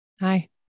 hi